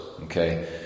okay